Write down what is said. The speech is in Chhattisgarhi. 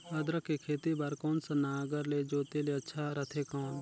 अदरक के खेती बार कोन सा नागर ले जोते ले अच्छा रथे कौन?